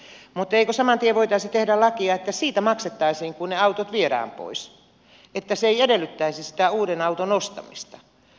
mutta eikö saman tien voitaisi tehdä lakia että siitä maksettaisiin kun ne autot viedään pois että se ei edellyttäisi sitä uuden auton ostamista